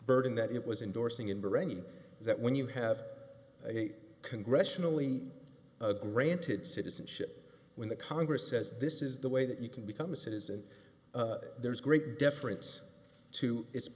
burden that it was endorsing in bahrain that when you have a congressionally granted citizenship when the congress says this is the way that you can become a citizen there is great deference to it